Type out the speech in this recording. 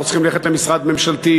אנחנו צריכים ללכת למשרד ממשלתי,